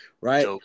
Right